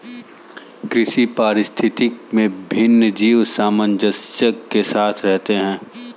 कृषि पारिस्थितिकी में विभिन्न जीव सामंजस्य के साथ रहते हैं